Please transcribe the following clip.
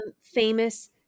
famous